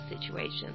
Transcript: situation